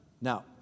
Now